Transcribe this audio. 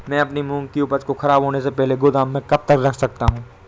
मैं अपनी मूंग की उपज को ख़राब होने से पहले गोदाम में कब तक रख सकता हूँ?